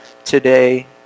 today